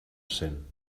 cent